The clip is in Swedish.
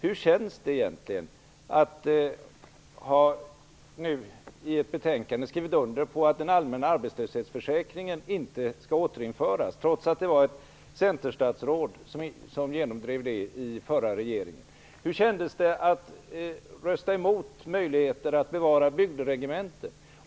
Hur känns det egentligen att i ett betänkande ha skrivit under på att den allmänna arbetslöshetsförsäkringen inte skall återinföras, trots att det var ett centerstatsråd som genomdrev det i förra regeringen? Hur kändes det att rösta emot möjligheten att bevara bygderegementen?